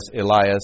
Elias